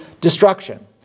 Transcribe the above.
destruction